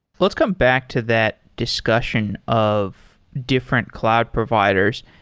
let's come back to that discussion of different cloud providers.